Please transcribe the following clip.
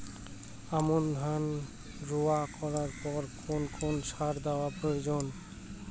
আমন ধান রোয়া করার পর কোন কোন সার দেওয়া প্রয়োজন?